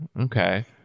okay